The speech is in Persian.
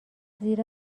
زیرا